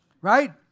Right